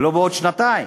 ולא בעוד שנתיים.